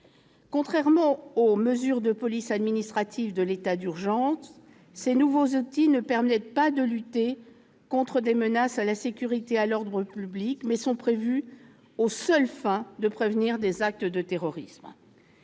Contrairement aux mesures de police administrative de l'état d'urgence, ces nouveaux outils ne permettent pas de lutter contre des menaces à la sécurité et à l'ordre publics, mais sont prévus « aux seules fins de prévenir des actes de terrorisme